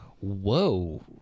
whoa